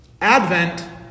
Advent